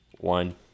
One